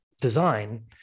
design